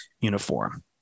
uniform